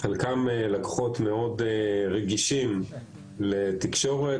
חלקם לקוחות מאוד רגישים לתקשורת,